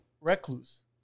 recluse